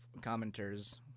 commenters